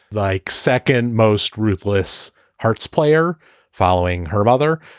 like second, most ruthless hurts player following her mother,